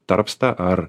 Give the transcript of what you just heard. tarpsta ar